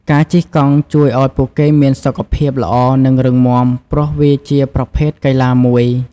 ការជិះកង់ជួយឱ្យពួកគេមានសុខភាពល្អនិងរឹងមាំព្រោះវាជាប្រភេទកីឡាមួយ។